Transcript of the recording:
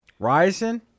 Ryzen